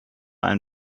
ein